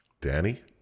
Danny